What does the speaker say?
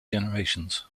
generations